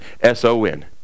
S-O-N